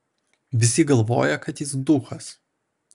visi galvoja kad jis duchas